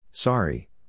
Sorry